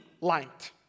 light